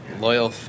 loyal